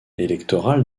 électoral